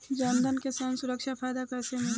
जनधन से जन सुरक्षा के फायदा कैसे मिली?